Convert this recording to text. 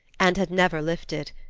and had never lifted.